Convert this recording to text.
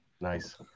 nice